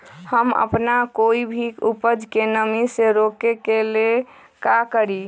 हम अपना कोई भी उपज के नमी से रोके के ले का करी?